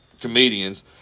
comedians